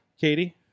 Katie